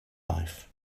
life